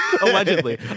Allegedly